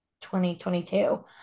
2022